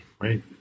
right